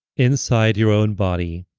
inside your own body.